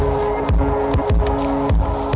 or